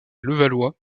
levallois